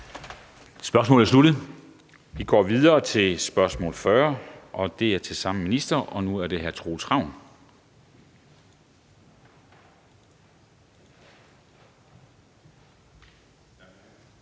Spørgsmålet er sluttet. Vi går videre til spørgsmål 40, og det er til samme minister, og nu er det fra hr.